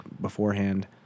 beforehand